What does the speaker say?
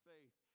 Faith